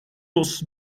los